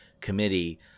committee